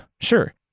Sure